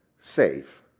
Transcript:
safe